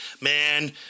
man